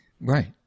Right